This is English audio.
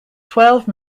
twelve